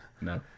No